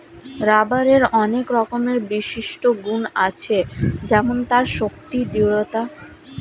রাবারের অনেক রকমের বিশিষ্ট গুন্ আছে যেমন তার শক্তি, দৃঢ়তা